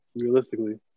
realistically